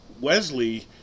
Wesley